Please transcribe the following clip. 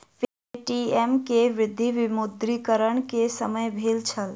Paytm के वृद्धि विमुद्रीकरण के समय भेल छल